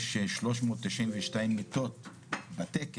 יש שלוש מאות תשעים ושתיים מיטות בתקן,